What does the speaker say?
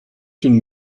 une